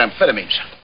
amphetamines